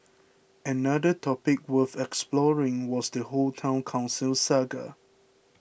another topic worth exploring was the whole Town Council saga